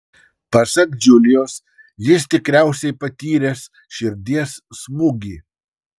pasak džiulijos jis tikriausiai patyręs širdies smūgį